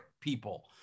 people